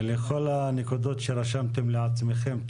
ולכל הנקודות שרשמתם לעצמכם.